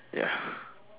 ya